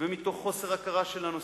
ומתוך חוסר הכרה של הנושא,